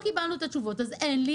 אך מכיוון שלא קיבלנו תשובות אז אין לי